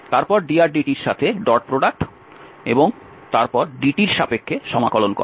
তারপর drdt এর সাথে ডট প্রোডাক্ট এবং তারপর dt এর সাপেক্ষে সমাকলন করা